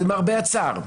למרבה הצער.